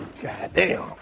Goddamn